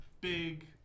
big